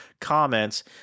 comments